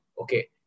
Okay